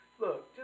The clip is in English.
look